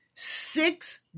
Six